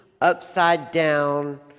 upside-down